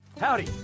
Howdy